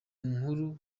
nkuru